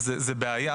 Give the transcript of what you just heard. זו הבעיה